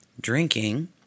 drinking